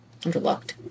underlooked